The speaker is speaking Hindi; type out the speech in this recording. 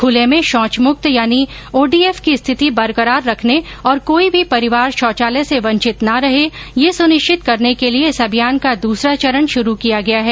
खूले में शौच मुक्त यानि ओडीएफ की स्थिति बरकरार रखने और कोई भी परिवार शौचालय से वंचित न रहे यह सुनिश्चित करने के लिए इस अभियान का दूसरा चरण शुरू किया गया है